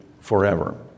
forever